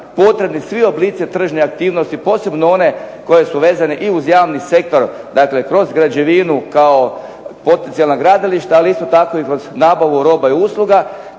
potrebni svi oblici tržne aktivnosti posebno one koje su vezane i uz javni sektor. Dakle, kroz građevinu kao potencijalna gradilišta ali isto tako i kroz nabavu roba i usluga,